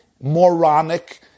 moronic